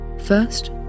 First